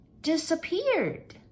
disappeared